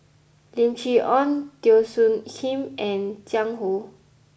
Lim Chee Onn Teo Soon Kim and Jiang Hu